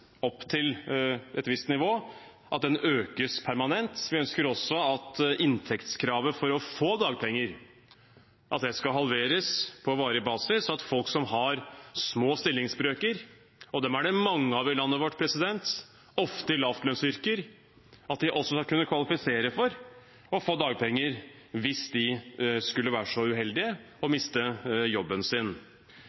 opp til et visst nivå, økes permanent. Vi ønsker også at inntektskravet for å få dagpenger skal halveres på varig basis, og at folk som har små stillingsbrøker – dem er det mange av i landet vårt, ofte i lavlønnsyrker – også skal kunne kvalifisere for å få dagpenger hvis de skulle være så uheldige